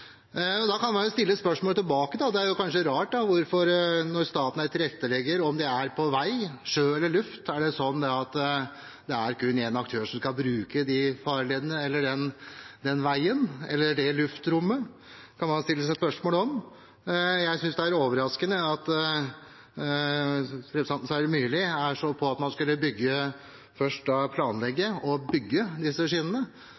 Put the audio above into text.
Da kan man stille spørsmålet tilbake. Det er kanskje rart, når staten er tilrettelegger, om det er på vei, på sjø eller i luft: Er det da sånn at det kun er én aktør som skal bruke de farledene, den veien eller det luftrommet? Det kan man stille seg spørsmål om. Jeg synes det er overraskende at representanten Sverre Myrli er så på at man skulle bygge – først planlegge – disse skinnene.